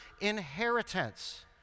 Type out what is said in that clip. inheritance